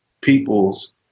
people's